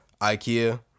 ikea